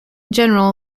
general